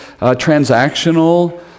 transactional